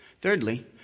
thirdly